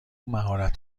مهارت